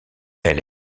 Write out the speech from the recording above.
elle